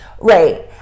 Right